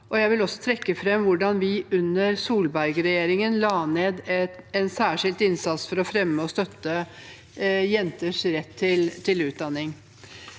Jeg vil trekke fram hvordan vi under Solberg-regjeringen la ned en særskilt innsats for å fremme og støtte jenters rett til utdanning.